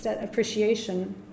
appreciation